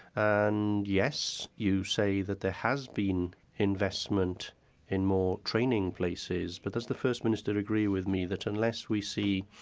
and yes, you say that there has been investment in more training places, but does the first minister agree with me that unless we see